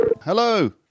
Hello